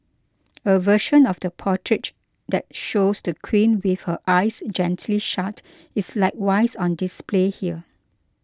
a version of the portrait that shows the Queen with her eyes gently shut is likewise on display here